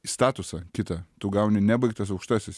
statusą kitą tu gauni nebaigtas aukštasis